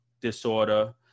disorder